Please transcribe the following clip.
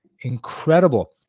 incredible